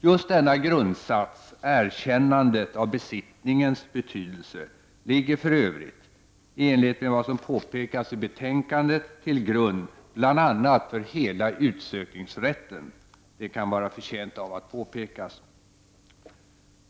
Just denna grundsats — erkännandet av besittningens betydelse — ligger för Övrigt, i enlighet med vad som påpekas i betänkandet, till grund för bl.a. hela utsökningsrätten. Det kan vara förtjänt av att påpekas.